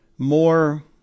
more